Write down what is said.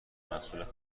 مسئول